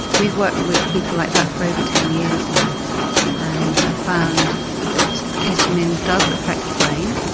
we've worked with people like that for over ten years now and have found that ketamine does affect the brain.